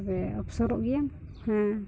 ᱛᱚᱵᱮ ᱚᱯᱥᱚᱨᱚᱜ ᱜᱮᱭᱟᱢ ᱦᱮᱸ